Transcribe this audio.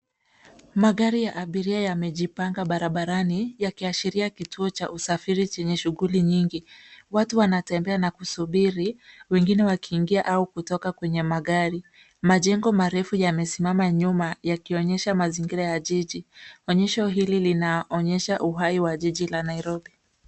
Magari ya abiria yamejipanga barabarani yakiashiria kituo cha usafiri chenye shughuli nyingi. Watu wanatembea na kusubiri, wengine wakiingia au kutoka kwenye magari. Majengo marefu yamesimama nyuma yakionyesha mazingira ya jiji. Onyesho hili linaonyesha uhai wa jiji la Nairobi.